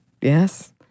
Yes